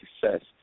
success